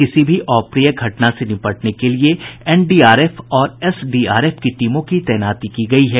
किसी भी अप्रिय घटना से निपटने के लिये एनडीआरएफ और एसडीआरएफ की टीमों की तैनाती की गयी है